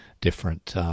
different